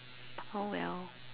oh well